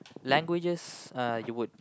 languages uh you would